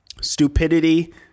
stupidity